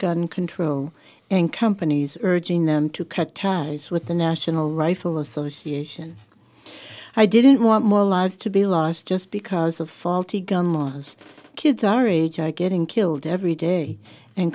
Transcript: gun control and companies urging them to cut taxes with the national rifle association i didn't want more lives to be lost just because of faulty gun laws kids our age are getting killed every day and